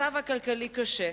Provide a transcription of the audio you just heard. המצב הכלכלי קשה.